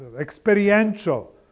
experiential